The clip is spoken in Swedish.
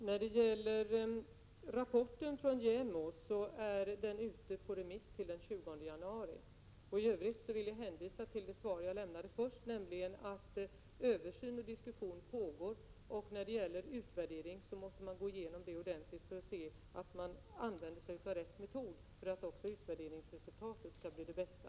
Fru talman! Rapporten från JämO är ute på remiss till den 20 januari. I övrigt hänvisar jag till det svar jag lämnade tidigare, dvs. att översyn och diskussion pågår. När det gäller en utvärdering måste man gå igenom den ordentligt för att kontrollera att man använt sig av rätt undersökningsmetod för att utvärderingsresultatet skall bli det bästa.